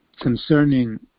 concerning